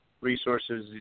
resources